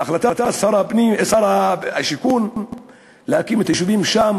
בהחלטת שר השיכון להקים את היישובים שם